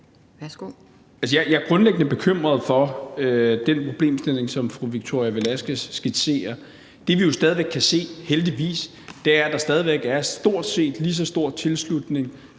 Jeg er grundlæggende bekymret for den problemstilling, som fru Victoria Velasquez skitserer. Det, vi jo stadig væk kan se, heldigvis, er, at der stadig væk er stort set lige så stor tilslutning